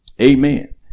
amen